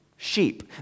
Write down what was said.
Sheep